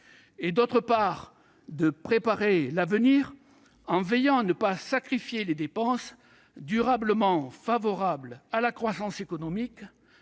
; d'autre part, de préparer l'avenir en veillant à ne pas sacrifier les dépenses durablement favorables à la croissance économique,